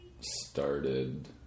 started